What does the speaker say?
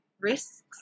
risks